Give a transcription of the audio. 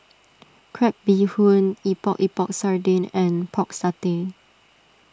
Crab Bee Hoon Epok Epok Sardin and Pork Satay